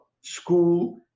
School